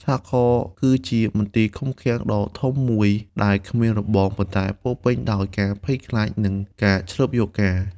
សហករណ៍គឺជាមន្ទីរឃុំឃាំងដ៏ធំមួយដែលគ្មានរបង ប៉ុន្តែពោរពេញដោយការភ័យខ្លាច និងការឈ្លបយកការណ៍។